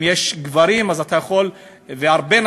אם יש גברים והרבה נשים,